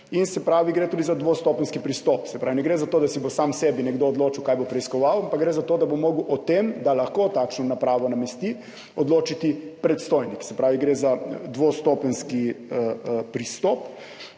in, se pravi, gre tudi za dvostopenjski pristop. Ne gre za to, da bo nekdo sam sebi določil, kaj bo preiskoval, ampak gre za to, da bo mogel o tem, da lahko takšno napravo namesti, odločiti predstojnik. Se pravi, gre za dvostopenjski pristop.